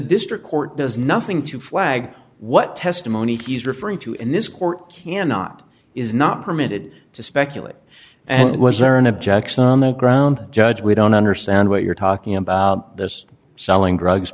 district court does nothing to flag what testimony he's referring to in this court cannot is not permitted to speculate and was there an objects on the ground judge we don't understand what you're talking about this selling drugs